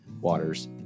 waters